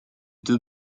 deux